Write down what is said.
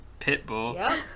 Pitbull